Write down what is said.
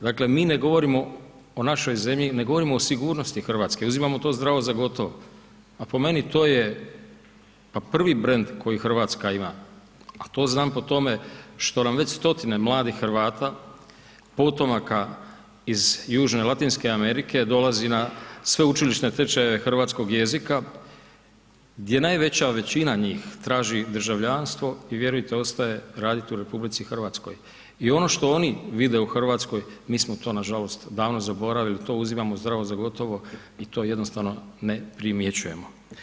Dakle, mi ne govorimo o našoj zemlji, ne govorimo o sigurnosti RH, uzimamo to zdravo za gotovo, a po meni to je, pa prvi brend koji RH ima, a to znam po tome što nam već stotine mladih Hrvata, potomaka iz Južne i Latinske Amerike, dolazi na sveučilišne tečajeve hrvatskog jezika, gdje najveća većina njih traži državljanstvo i vjerujte ostaje radit u RH i ono što oni vide u RH, mi smo to nažalost davno zaboravili, to uzimamo zdravo za gotovo i to jednostavno ne primjećujemo.